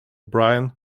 brian